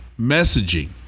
messaging